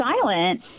silent